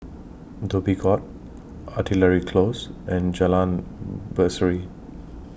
Dhoby Ghaut Artillery Close and Jalan Berseri